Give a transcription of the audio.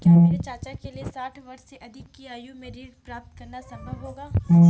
क्या मेरे चाचा के लिए साठ वर्ष से अधिक की आयु में ऋण प्राप्त करना संभव होगा?